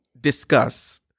discuss